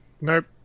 Nope